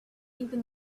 even